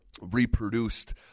reproduced